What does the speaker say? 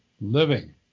living